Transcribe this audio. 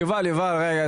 יובל, יובל רגע.